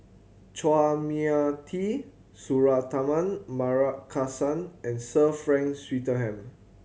Chua Mia Tee Suratman Markasan and Sir Frank Swettenham